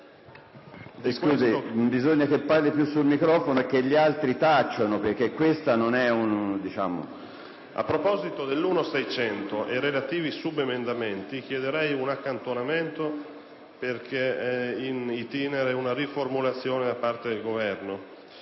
A proposito dell'emendamento 1.600 e relativi subemendamenti chiederei un accantonamento, perché è *in itinere* una riformulazione da parte del Governo